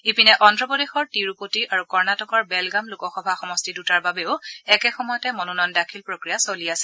ইপিনে অদ্ধপ্ৰদেশৰ তিৰুপতি আৰু কৰ্ণাটকৰ বেলগাম লোকসভা সমষ্টি দুটাৰ বাবেও একেসময়তে মনোনয়ন দাখিল প্ৰক্ৰিয়া চলি আছে